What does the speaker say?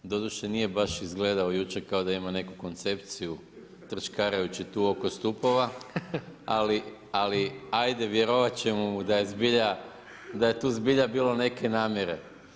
Doduše nije baš izgledao jučer kao da ima neku koncepciju trčkarajući tu oko stupova, ali hajde vjerovat ćemo mu da je tu zbilja bilo neke namjere.